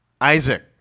Isaac